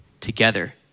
together